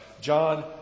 John